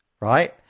right